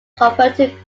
converted